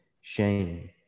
shame